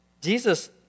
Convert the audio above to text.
Jesus